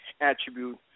attribute